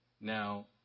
Now